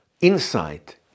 insight